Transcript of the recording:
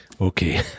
Okay